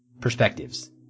perspectives